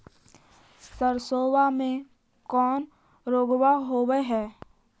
सरसोबा मे कौन रोग्बा होबय है?